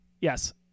Yes